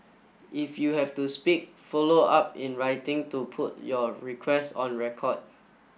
if you have to speak follow up in writing to put your requests on record